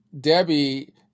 Debbie